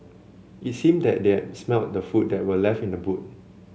it seemed that they had smelt the food that were left in the boot